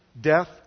death